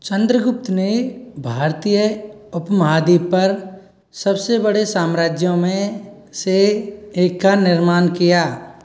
चंद्रगुप्त ने भारतीय उपमहाद्वीप पर सब से बड़े साम्राज्यों में से एक का निर्मान किया